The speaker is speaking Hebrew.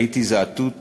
הייתי זאטוט כשחליתי.